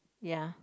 ya